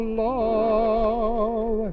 love